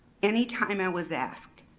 any time i was asked,